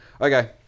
Okay